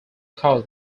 cost